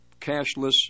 cashless